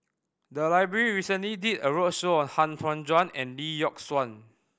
the library recently did a roadshow on Han Tan Juan and Lee Yock Suan